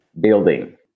building